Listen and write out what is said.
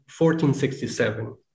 1467